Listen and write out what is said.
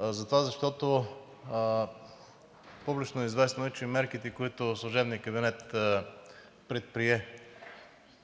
защото публично известно е, че мерките, които служебният кабинет предприе